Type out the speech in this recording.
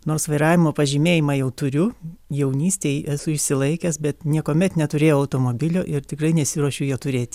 nors vairavimo pažymėjimą jau turiu jaunystėj esu išsilaikęs bet niekuomet neturėjau automobilio ir tikrai nesiruošiu jo turėti